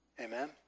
Amen